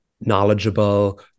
knowledgeable